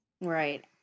Right